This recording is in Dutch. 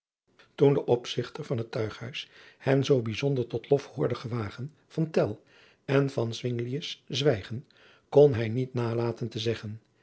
toen de opzigter van het tuighuis hen zoo bijzonder tot lof hoorde gewagen van tell en van zwinglius zwijgen kon hij niet nalaten te zeggen